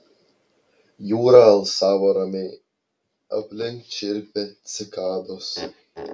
jūra alsavo ramiai aplink čirpė cikados